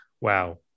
wow